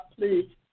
please